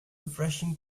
refreshing